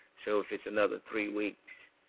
so if it's another three weeks,